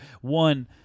one